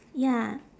ya